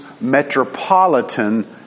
Metropolitan